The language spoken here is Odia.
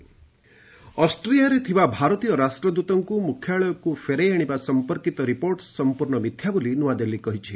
ଏମ୍ଇଏ ଅଷ୍ଟ୍ରିଆ ଅଷ୍ଟ୍ରିଆରେ ଥିବା ଭାରତୀୟ ରାଷ୍ଟ୍ରଦୂତଙ୍କୁ ମୁଖ୍ୟାଳୟକୁ ଫେରାଇ ଆଣିବା ସମ୍ପର୍କୀତ ରିପୋର୍ଟ ସମ୍ପୂର୍ଣ୍ଣ ମିଥ୍ୟା ବୋଲି ନୂଆଦିଲ୍ଲୀ କହିଛି